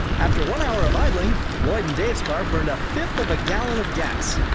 after one hour of idling lloyd and dave's car burned a fifth of a gallon of gas!